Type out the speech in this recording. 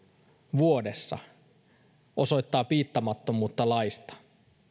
vuodessa osoittaa piittaamattomuutta laista